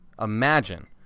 imagine